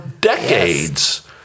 decades